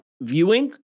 Viewing